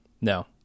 no